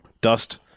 Dust